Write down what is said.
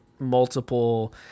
multiple